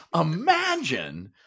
Imagine